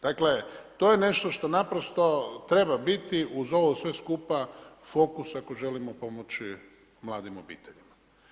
Dakle, to je nešto što naprosto treba biti uz ovo sve skupa, fokus ako želimo pomoći mladim obiteljima.